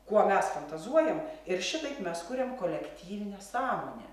kuo mes fantazuojam ir šitaip mes kuriam kolektyvinę sąmonę